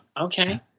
Okay